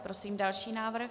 Prosím další návrh.